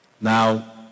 now